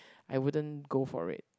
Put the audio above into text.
I wouldn't go for it